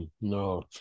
no